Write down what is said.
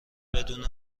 بدون